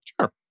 Sure